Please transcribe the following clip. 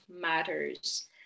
matters